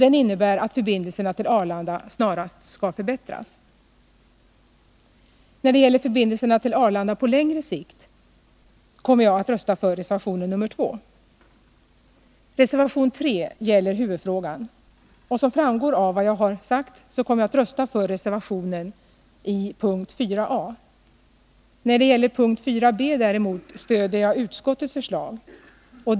Den innebär att förbindelserna till Arlanda snarast skall förbättras. När det gäller förbindelserna till Arlanda på längre sikt kommer jag att rösta för reservation nr 2. Reservation nr 3 gäller huvudfrågan. Som framgår av vad jag har sagt kommer jag att rösta för reservationen i punkt 4 a. När det gäller punkt 4 b däremot stöder jag utskottets förslag.